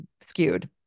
skewed